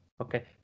okay